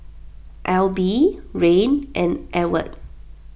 Alby Rayne and Ewart